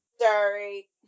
sorry